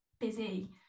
busy